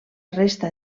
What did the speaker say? resta